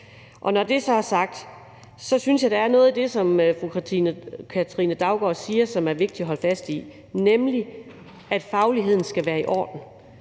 Når det så er sagt, synes jeg, at der er noget i det, som fru Katrine Daugaard siger, som er vigtigt at holde fast i, nemlig at fagligheden skal være i orden.